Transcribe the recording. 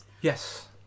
yes